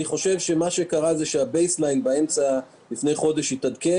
אני חושב שמה שקרה שה-base line התעדכן לפני חודש,